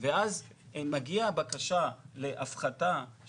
ואז מגיעה הבקשה להפחתה,